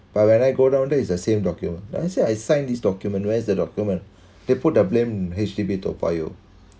but when I go down there is the same document then I say I signed this document where's the document they put the blame on H_D_B Toa Payoh